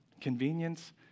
convenience